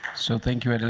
so thank you.